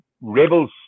rebels